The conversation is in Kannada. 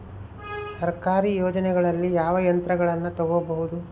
ಸರ್ಕಾರಿ ಯೋಜನೆಗಳಲ್ಲಿ ಯಾವ ಯಂತ್ರಗಳನ್ನ ತಗಬಹುದು?